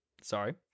sorry